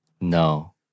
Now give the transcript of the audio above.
No